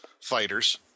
fighters